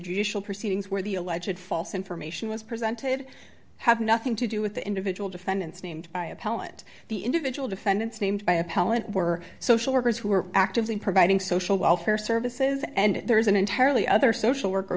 judicial proceedings where the alleged false information was presented have nothing to do with the individual defendants named by appellant the individual defendants named by appellant were social workers who were active in providing social welfare services and there is an entirely other social worker